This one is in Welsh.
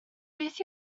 beth